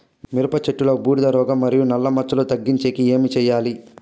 మిరప చెట్టులో బూడిద రోగం మరియు నల్ల మచ్చలు తగ్గించేకి ఏమి చేయాలి?